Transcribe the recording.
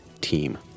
team